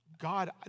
God